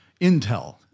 Intel